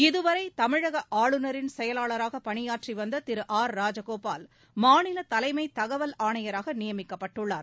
இதுவரை தமிழக ஆளுநரின் செயலராக பணியாற்றி வந்த திரு ஆர் ராஜகோபால் மாநில தலைமைத் தகவல் ஆணையராக நியமிக்கப்பட்டுள்ளார்